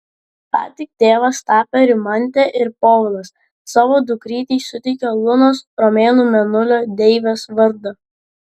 ką tik tėvas tapę rimantė ir povilas savo dukrytei suteikė lunos romėnų mėnulio deivės vardą